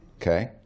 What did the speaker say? Okay